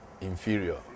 inferior